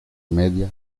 media